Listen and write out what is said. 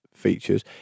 features